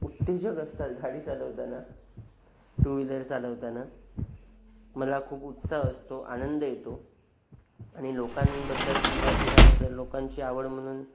उत्तेजक असतात गाडी चालवताना टू व्हीलर चालवताना मला खूप उत्साह असतो आनंद येतो आणि लोकांबद्दल सांगायचं झालं तर लोकांची आवड म्हणून